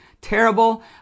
terrible